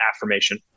affirmation